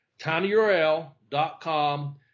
tinyurl.com